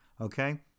okay